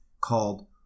called